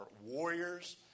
warriors